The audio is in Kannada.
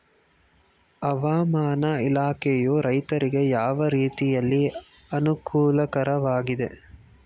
ಹವಾಮಾನ ಇಲಾಖೆಯು ರೈತರಿಗೆ ಯಾವ ರೀತಿಯಲ್ಲಿ ಅನುಕೂಲಕರವಾಗಿದೆ?